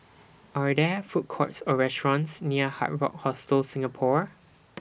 Are There Food Courts Or restaurants near Hard Rock Hostel Singapore